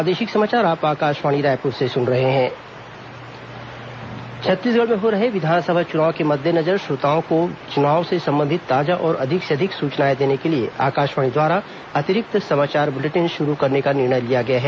अतिरिक्त बुलेटिन छत्तीसगढ़ में हो रहे विधानसभा चुनाव के मद्देनजर श्रोताओं को चुनाव से संबंधित ताजा और अधिक से अधिक सूचनाए देने के लिए आकाशवाणी द्वारा अतिरिक्त समाचार बुलेटिन शुरू करने का निर्णय लिया गया है